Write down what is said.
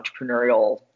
entrepreneurial